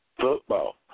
football